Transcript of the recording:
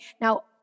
Now